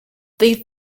they